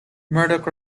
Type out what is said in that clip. murdoch